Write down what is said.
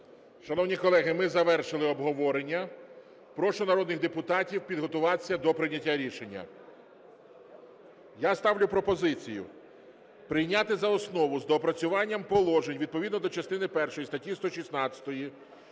Шановні колеги, ми завершили обговорення. Прошу народних депутатів підготуватися до прийняття рішення. Я ставлю пропозицію прийняти за основу з доопрацюванням положень відповідно до частини першої статті 116